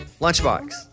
Lunchbox